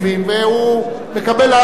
והוא מקבל עדיין,